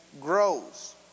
grows